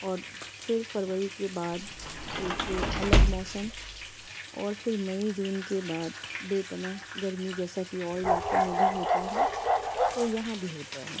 اور پھر فروری کے بعد ایک الگ موسم اور پھر مئی جون کے بعد بے پناہ گرمی جیسا کہ اور علاقوں میں بھی ہوتا ہے تو یہاں بھی ہوتا ہے